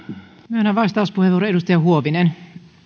myönnän vastauspuheenvuoron edustaja huovinen